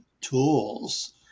tools